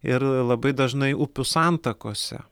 ir labai dažnai upių santakose